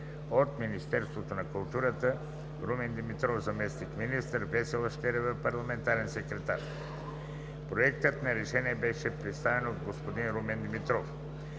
от Министерството на културата участваха: Румен Димитров – заместник-министър, и Весела Щерева – парламентарен секретар. Проектът на решение беше представен от господин Румен Димитров.